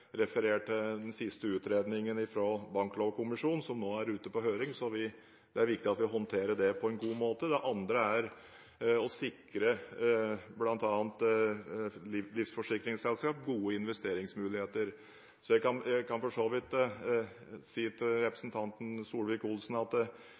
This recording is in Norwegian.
til den siste utredningen fra Banklovkommisjonen som nå er ute på høring – det er viktig at vi håndterer det på en god måte. Det andre er å sikre bl.a. livsforsikringsselskap gode investeringsmuligheter. Jeg kan for så vidt si til